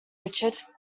richard